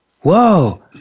whoa